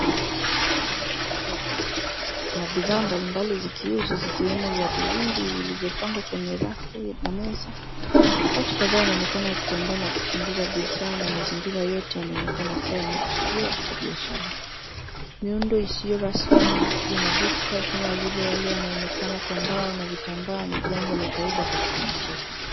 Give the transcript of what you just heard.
Hili ni soko. Kuna bidhaa mbali mbali zikiuzwa zikiwemo viatu vingi vilivyopangwa kwenye rafu na meza. Watu kadhaa wanaonekana wakitembea na kuchunguza bidhaa na mazingira yote yanaonekana yamekusudiwa kwa biashara. Miundo isiyo rasmi ya maduka kama vile yale yanaonekana kwa mbao na vitambaa ni jambo la kawaida katika masoko.